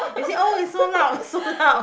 they say oh it's so loud so loud